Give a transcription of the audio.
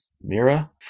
Mira